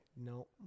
No